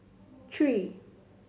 three